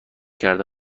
کرده